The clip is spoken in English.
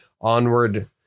onward